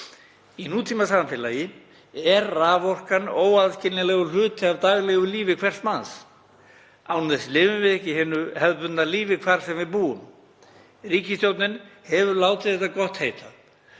Í nútímasamfélagi er raforkan óaðskiljanlegur hluti af daglegu lífi hvers manns. Án hennar lifum við ekki hinu hefðbundna lífi hvar sem við búum. Ríkisstjórnin hefur látið þetta gott heita